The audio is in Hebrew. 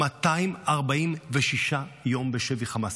הייתה 246 יום בשבי חמאס.